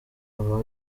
aba